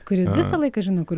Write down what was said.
kuri visą laiką žino kur